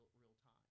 real-time